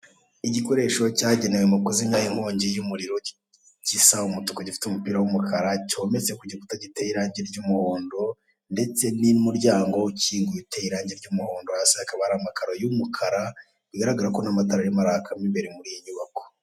Igikoresho cyagenewe mu kuzimya inkongi y'umuriro, gisa umutuku gifite umupira w'umukara, cyometse ku gikuta giteye irangi ry'umuhondo ndetse n'umuryango ukinguye uteye irangi ry'umuhondo, hasi hakaba hari amakaro y'umukara, bigaragara ko n'amatara arimo araka mo imbere muri iyi nyubako.